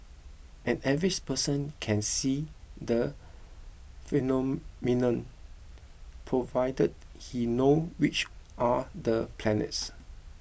an average person can see the phenomenon provided he knows which are the planets